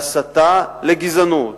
להסתה לגזענות,